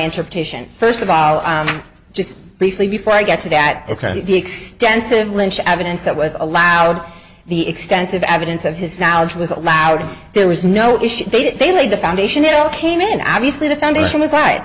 interpretation first of all i just briefly before i get to that kind of the extensive lynch evidence that was allowed the extensive evidence of his knowledge was allowed there was no issue they did they laid the foundation it all came in obviously the foundation was right